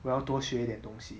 我要多学一点东西